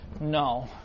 no